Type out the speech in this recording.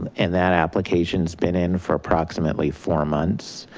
and that applications been in for approximately four months.